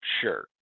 sure